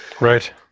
Right